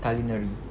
culinary